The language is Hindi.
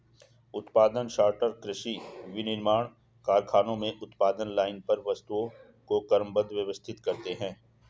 उत्पादन सॉर्टर कृषि, विनिर्माण कारखानों में उत्पादन लाइन पर वस्तुओं को क्रमबद्ध, व्यवस्थित करते हैं